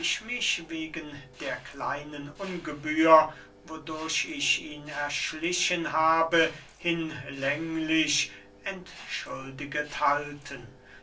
mich wegen der kleinen ungebühr wodurch ich ihn erschlichen habe hinlänglich entschuldiget halten